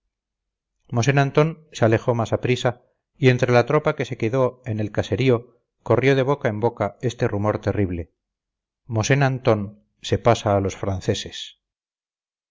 mosén antón se alejó más aprisa y entre la tropa que se quedó en el caserío corrió de boca en boca este rumor terrible mosén antón se pasa a los franceses